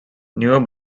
newer